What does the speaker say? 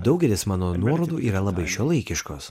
daugelis mano nuorodų yra labai šiuolaikiškos